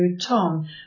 Tom